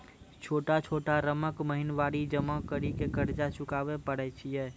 छोटा छोटा रकम महीनवारी जमा करि के कर्जा चुकाबै परए छियै?